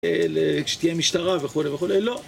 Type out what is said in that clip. כשתהיה משטרה וכולי וכולי, לא.